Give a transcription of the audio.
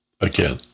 again